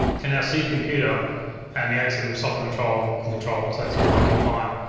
can now see the computer and the atem software control can control it. so that's all working fine.